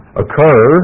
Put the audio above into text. occur